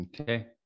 Okay